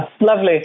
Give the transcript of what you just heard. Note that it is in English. lovely